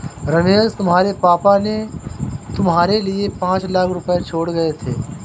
रमेश तुम्हारे पापा ने तुम्हारे लिए पांच लाख रुपए छोड़े गए थे